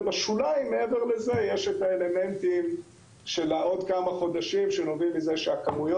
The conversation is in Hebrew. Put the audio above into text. ובשוליים מעבר לזה יש אלמנטים של עוד כמה חודשים שנובעים מזה שהכמויות